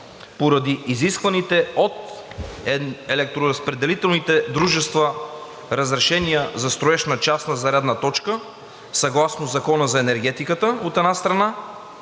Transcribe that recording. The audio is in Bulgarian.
поради изискваните от електроразпределителните дружества разрешения за строеж на частна зарядна точка съгласно Закона за енергетиката, от една страна,